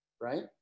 right